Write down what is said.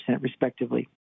respectively